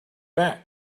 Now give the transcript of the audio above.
back